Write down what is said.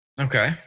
Okay